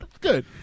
Good